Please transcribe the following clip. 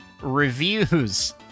Reviews